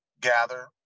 gather